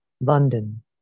London